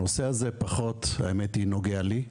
הנושא הזה פחות נוגע לי,